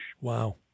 Wow